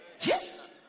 Yes